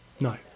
No